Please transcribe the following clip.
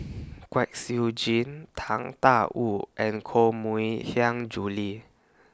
Kwek Siew Jin Tang DA Wu and Koh Mui Hiang Julie